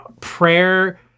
prayer